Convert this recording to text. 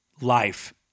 life